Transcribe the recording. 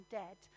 dead